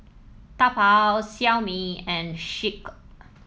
Taobao Xiaomi and Schick